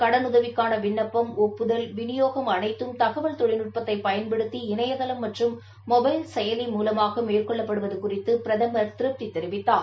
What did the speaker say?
கடனுதவிக்கான விண்ணப்பம் ஒப்புதல் விநியோகம் அனைத்தம் இந்தக் தகவல் தொழில்நுட்பத்தை பயன்படுத்தி இணையதளம் மற்றும் மொபைல் செயலி மூலமாக மேற்கொள்ளப்படுவது குறித்து பிரதமர் திருப்தி தெரிவித்தார்